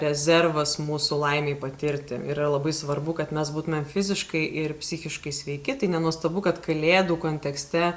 rezervas mūsų laimei patirti yra labai svarbu kad mes būtumėm fiziškai ir psichiškai sveiki tai nenuostabu kad kalėdų kontekste